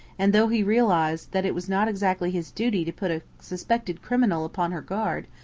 and though he realised that it was not exactly his duty to put a suspected criminal upon her guard,